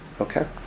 Okay